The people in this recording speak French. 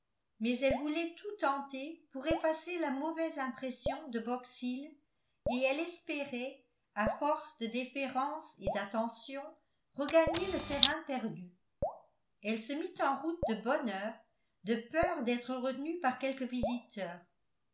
mais elle voulait tout tenter pour effacer la mauvaise impression de box hill et elle espérait à force de déférence et d'attentions regagner le terrain perdu elle se mit en route de bonne heure de peur d'être retenue par quelque visiteur